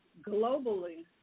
Globally